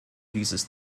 dieses